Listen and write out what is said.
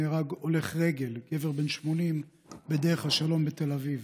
נהרג הולך רגל בן 82 ברחוב טשרניחובסקי בבאר שבע.